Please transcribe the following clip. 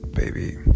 Baby